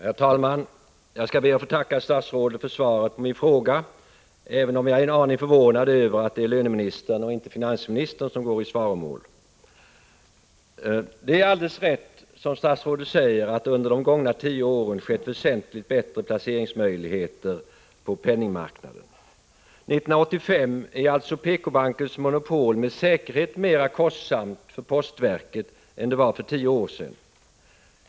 Herr talman! Jag ber att få tacka statsrådet för svaret på min fråga, även om jag är en aning förvånad över att det är löneministern och inte finansministern som går i svaromål. Det är alldeles riktigt som statsrådet säger, att det under de gångna tio åren har blivit väsentligt bättre placeringsmöjligheter på penningmarknaden. År 1985 är alltså PK-bankens monopol med säkerhet mer kostsamt för postverket än det var för tio år sedan.